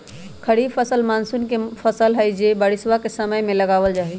खरीफ फसल मॉनसून के फसल हई जो बारिशवा के समय में लगावल जाहई